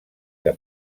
que